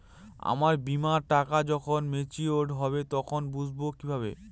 আমার বীমার টাকা যখন মেচিওড হবে তখন বুঝবো কিভাবে?